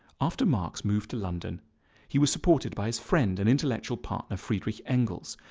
after marx moved to london he was supported by his friend and intellectual partner friedrich engels,